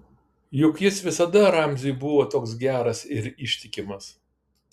juk jis visada ramziui buvo toks geras ir ištikimas